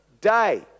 day